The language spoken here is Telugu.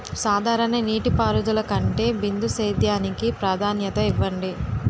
సాధారణ నీటిపారుదల కంటే బిందు సేద్యానికి ప్రాధాన్యత ఇవ్వండి